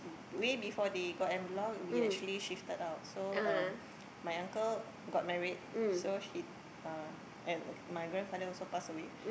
way before they got en bloc we actually shifted out so um my uncle got married so he uh and okay my grandfather also passed away